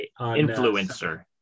influencer